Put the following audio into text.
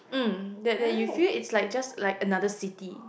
mm that that you feel it's like just like another city